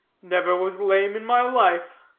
never was lame in my life.